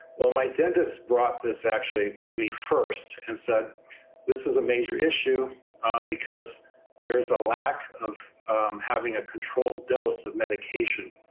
well, my dentist brought this actually to me first and said this is a major issue because there is a lack of having a controlled dose of medication.